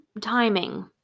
timing